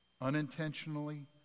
unintentionally